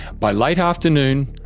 by late afternoon,